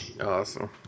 awesome